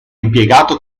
impiegato